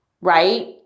right